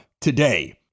today